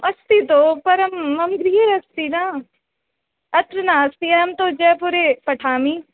अस्ति तो परं मम गृहे अस्ति न अत्र नास्ति अहं तु जयपुरे पठामि